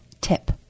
tip